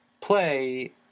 play